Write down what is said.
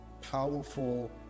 powerful